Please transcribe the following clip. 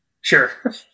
Sure